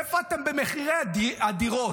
איפה אתם במחירי הדירות?